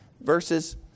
verses